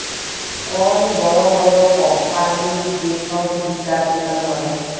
call বড় বড় কম্পালির যে ছব হিছাব গুলা ক্যরে